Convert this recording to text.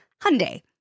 Hyundai